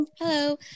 Hello